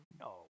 no